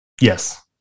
Yes